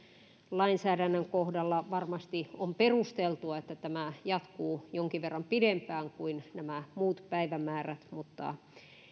lainsäädännön kohdalla varmasti on perusteltua että tämä jatkuu jonkin verran pidempään kuin nämä muut päivämäärät mutta